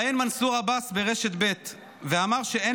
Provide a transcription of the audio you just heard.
מנסור עבאס התראיין ברשת ב' ואמר שאין